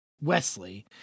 Wesley